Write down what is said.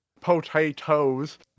Potatoes